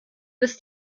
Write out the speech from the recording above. bis